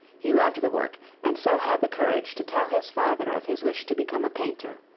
he loved the work and so had the courage to tell his father of his wish to become a painter.